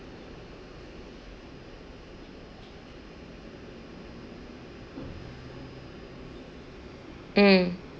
mm